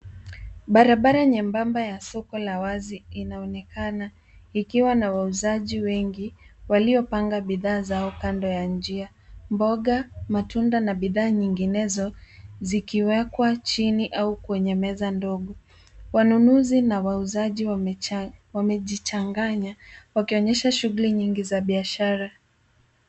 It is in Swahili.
Barabara nyembamba ya soko la wazi inaonekana ikiwa na wauzaji wengi waliopanga bidhaa zao kando ya njia. Mboga, matunda na bidhaa nyinginezo zikiwekwa chini au kwenye meza ndogo. Wanunuzi na wauzaji wamejichanganya wakionyesha shughuli nyingi za biashara.